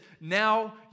now